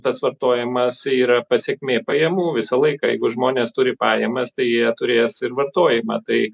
tas vartojimas yra pasekmė pajamų visą laiką jeigu žmonės turi pajamas tai jie turės ir vartojimą tai